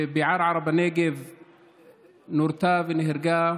חוק בנושא כל כך חשוב,